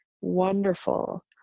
wonderful